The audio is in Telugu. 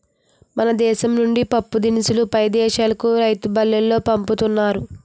మన దేశం నుండి పప్పుదినుసులు పై దేశాలుకు రైలుబల్లులో పంపుతున్నారు